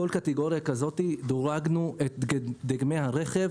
בכל קטגוריה כזאת דירגנו את דגמי הרכב